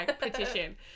petition